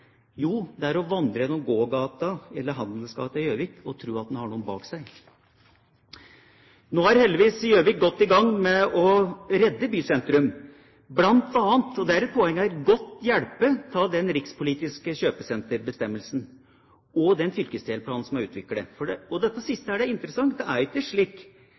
Jo, det er å vandre gjennom gågata – eller handelsgata – i Gjøvik og tro at en har noen bak seg. Nå er heldigvis Gjøvik godt i gang med å redde bysentrumet, bl.a. godt hjulpet av – og det er et poeng her – den rikspolitiske kjøpesenterbestemmelsen og den fylkesdelplanen som er utviklet. Dette siste er interessant, for det er ikke slik